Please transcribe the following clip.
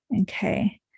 Okay